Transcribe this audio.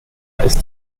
ist